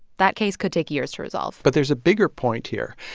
that case could take years to resolve but there's a bigger point here.